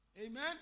Amen